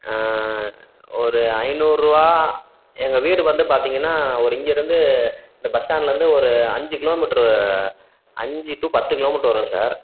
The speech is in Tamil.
ஒரு ஐநூறுரூவா எங்கள் வீடு வந்து பார்த்தீங்கன்னா ஒரு இங்கேருந்து இந்த பஸ் ஸ்டாண்ட்டிலேருந்து ஒரு அஞ்சு கிலோ மீட்டர் அஞ்சு டூ பத்து கிலோ மீட்டர் வரும் சார்